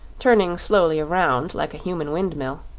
turning slowly around, like a human windmill.